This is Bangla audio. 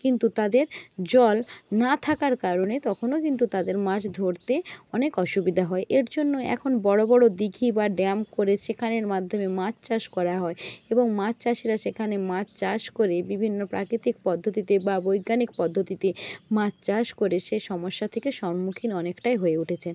কিন্তু তাদের জল না থাকার কারণে তখনো কিন্তু তাদের মাছ ধরতে অনেক অসুবিধা হয় এর জন্য এখন বড়ো বড়ো দীঘি বা ড্যাম করে সেখানের মাধ্যমে মাছ চাষ করা হয় এবং মাছ চাষিরা সেখানে মাছ চাষ করে বিভিন্ন প্রাকৃতিক পদ্ধতিতে বা বৈজ্ঞানিক পদ্ধতিতে মাছ চাষ করে সে সমস্যা থেকে সম্মুখীন অনেকটাই হয়ে উঠেছেন